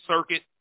Circuit